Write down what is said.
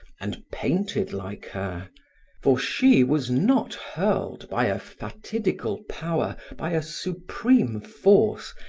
and painted like her for she was not hurled by a fatidical power, by a supreme force,